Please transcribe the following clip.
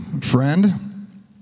friend